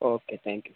okay thank you